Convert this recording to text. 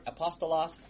apostolos